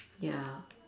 ya